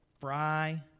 fry